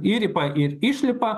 įlipa ir išlipa